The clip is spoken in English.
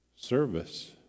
service